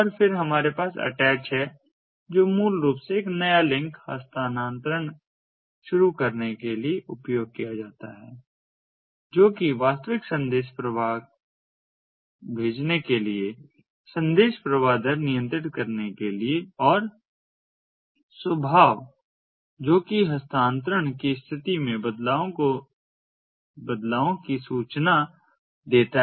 फिर हमारे पास वह अटैच है जो मूल रूप से एक नया लिंक हस्तांतरण शुरू करने के लिए उपयोग किया जाता है जोकि वास्तविक संदेश प्रवाह भेजने के लिए संदेश प्रवाह दर नियंत्रित करने के लिए और स्वभाव को जो हस्तांतरण की स्थिति में बदलावों की सूचना देता है